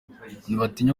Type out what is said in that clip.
ntibatinya